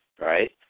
right